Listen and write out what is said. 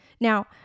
Now